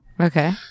Okay